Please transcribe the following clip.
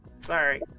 Sorry